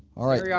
alright, yeah